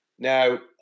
Now